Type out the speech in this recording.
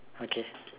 okay